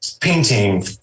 Painting